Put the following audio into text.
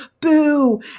boo